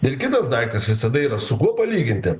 ir kitas daiktas visada yra su kuo palyginti